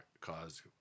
cause